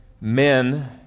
men